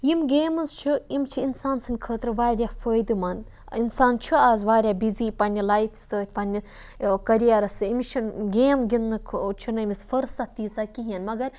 یِم گیمٕز چھِ یِم چھِ اِنسان سٕنٛدِ خٲطرٕ واریاہ فٲیدٕ منٛد اِنسان چھُ اَز واریاہ بِزی پنٛنہِ لایفہِ سۭتۍ پنٛنہِ کٔریَرَس سۭتۍ أمِس چھِنہٕ گیم گِںٛدنُک ہُہ چھِنہٕ أمِس فٔرصت تیٖژاہ کِہیٖنۍ مگر